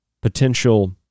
potential